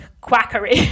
quackery